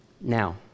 Now